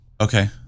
okay